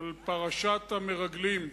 על פרשת המרגלים.